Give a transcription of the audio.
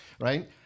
right